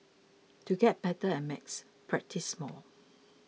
to get better at maths practise more